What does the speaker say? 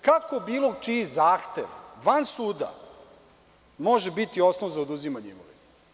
Kako bilo čiji zahtev van suda može biti osnov za oduzimanje imovine?